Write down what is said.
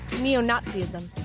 neo-Nazism